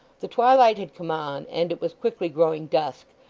the twilight had come on, and it was quickly growing dusk,